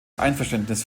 einverständnis